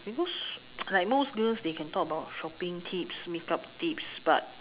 because like most girls they can talk about shopping tips makeup tips but